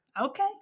Okay